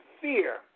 fear